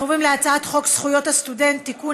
אנחנו עוברים להצעת חוק זכויות הסטודנט (תיקון,